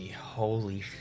holy